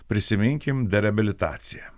prisiminkim derabilitaciją